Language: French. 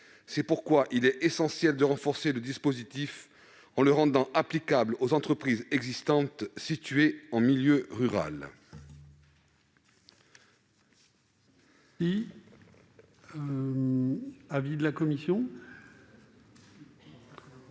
C'est pourquoi il est essentiel de renforcer le dispositif, en le rendant applicable aux entreprises existantes situées en milieu rural.